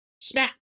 smack